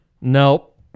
Nope